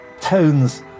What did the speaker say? tones